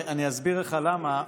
אני אסביר לך למה.